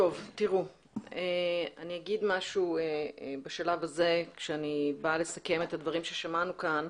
אני אומר משהו בשלב הזה כשאני באה לסכם את הדברים ששמענו כאן.